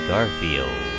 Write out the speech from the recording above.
Garfield